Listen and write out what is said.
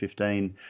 2015